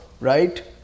right